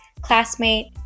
classmate